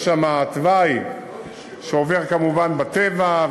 יש שם תוואי שעובר כמובן בטבע,